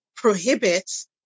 prohibits